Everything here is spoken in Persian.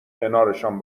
کنارشان